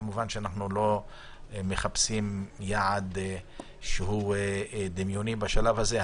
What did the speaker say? כמובן שאנחנו לא מחפשים יעד שהוא דמיוני בשלב הזה.